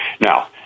Now